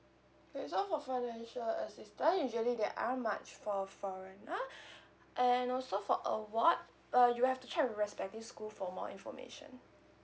okay so for financial assistant usually there are much for a foreigner and also for award uh you have to check with respective school for more information